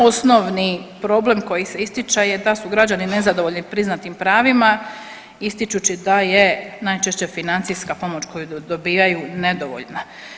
Osnovni problem koji se ističe je da su građani nezadovoljni priznatim pravima, ističući da je najčešće financijska pomoć koju dobivaju nedovoljna.